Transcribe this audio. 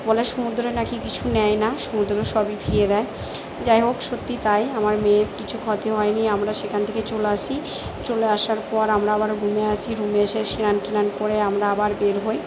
বলে সমুদ্র না কি কিছু নেয় না সমুদ্র সবই ফিরিয়ে দেয় যাই হোক সত্যি তাই আমার মেয়ের কিছু ক্ষতি হয়নি আমরা সেখান থেকে চলে আসি চলে আসার পর আমরা আবার রুমে আসি রুমে এসে স্নান টান করে আমরা আবার বের হই